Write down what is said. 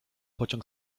pociąg